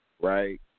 Right